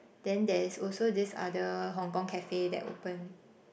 then there's also this other Hong Kong cafe that open